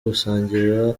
gusangira